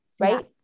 right